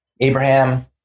Abraham